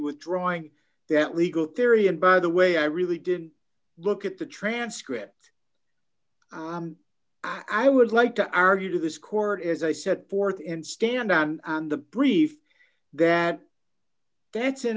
withdrawing that legal theory and by the way i really did look at the transcript i would like to argue to this court as i said th in stand on the brief that that's an